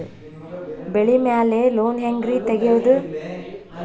ಬೆಳಿ ಮ್ಯಾಲೆ ಲೋನ್ ಹ್ಯಾಂಗ್ ರಿ ತೆಗಿಯೋದ?